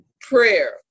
Prayer